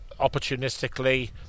opportunistically